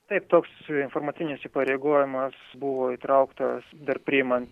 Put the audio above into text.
taip toks informacinis įsipareigojimas buvo įtrauktas dar priimant